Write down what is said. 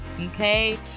Okay